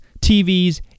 TVs